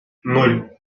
ноль